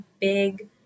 big